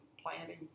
planting